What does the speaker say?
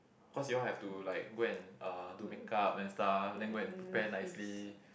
cause you all have to like go and uh do make-up and stuff then go and prepare nicely